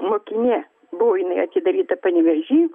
mokinė buvo jinai atidaryta panevėžy